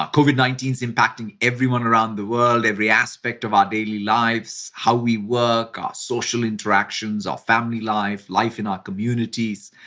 covid nineteen is impacting everyone around the world, every aspect of our daily lives, how we work, our social interactions, our family life, life in our communities.